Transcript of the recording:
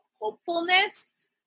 hopefulness